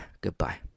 Goodbye